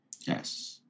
Yes